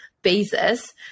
basis